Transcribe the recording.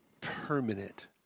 permanent